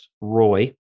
Roy